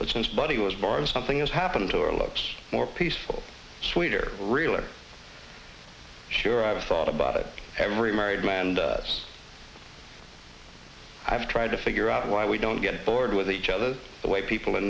but since buddy was barb something else happened to her looks more peaceful sweeter realer sure i've thought about it every married man and i've tried to figure out why we don't get bored with each other the way people